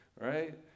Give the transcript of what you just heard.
right